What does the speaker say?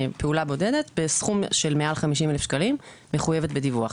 פעולה בודדת בסכום של מעל 50,000 שקלים מחויבת בדיווח.